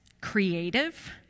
creative